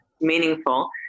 meaningful